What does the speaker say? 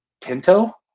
Pinto